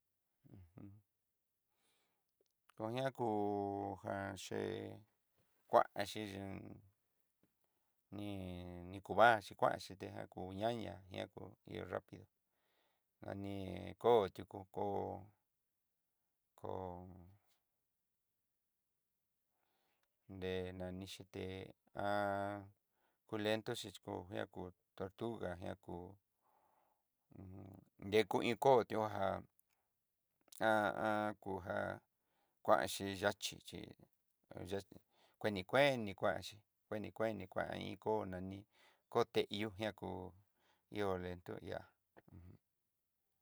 kuña kú jan ché kuanxí ihón kuvaxi kuanxhí te já kú ñaña ñakú hi rapidó, nani kó tikó kó ko nre nani xité ulendó xhí kó ña kú tortuga ña kú uj nrekú inkotió jan n kunjá, kuanxhí yaxhí xhí yaxhí kueni kueni kuanxhí, kueni kueni kuan i iin kó nani kotéihó jan ti'ó ihó lento ihá uj.